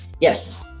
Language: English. Yes